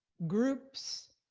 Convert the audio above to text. groups,